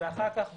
ואחר כך בלילה,